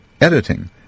editing